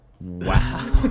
Wow